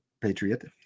Patriot